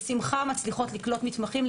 מצליחים לקלוט מתמחים בשמחה,